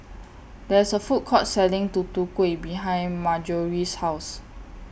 There IS A Food Court Selling Tutu Kueh behind Marjory's House